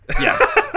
Yes